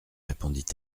répondit